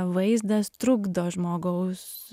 vaizdas trukdo žmogaus